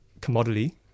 commodity